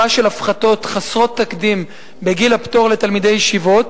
של הפחתות חסרות תקדים בגיל הפטור לתלמידי ישיבות,